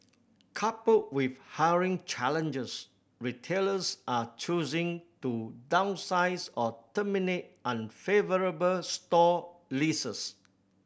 coupled with hiring challenges retailers are choosing to downsize or terminate unfavourable store leases